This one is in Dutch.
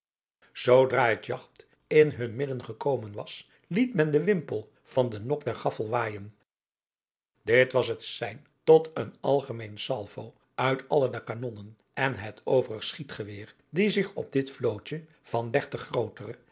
zoodra het jagt in hun midden gekomen was liet adriaan loosjes pzn het leven van johannes wouter blommesteyn men den wimpel van den nok der gaffel waaijen dit was het sein tot een algemeen salvo uit alle de kanonnen en het overig schietgeweer die zich op dit vlootje van dertig grootere